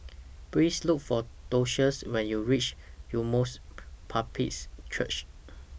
Please Look For Docias when YOU REACH Emmaus Baptist Church